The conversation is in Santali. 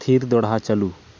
ᱛᱷᱤᱨ ᱫᱚᱲᱦᱟ ᱪᱟ ᱞᱩ